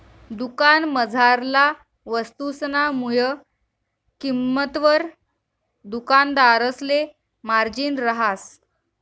दुकानमझारला वस्तुसना मुय किंमतवर दुकानदारसले मार्जिन रहास